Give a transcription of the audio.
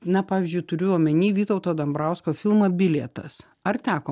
na pavyzdžiui turiu omeny vytauto dambrausko filmą bilietas ar teko